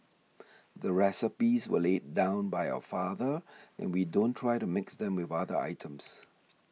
the recipes were laid down by our father and we don't try to mix them with other items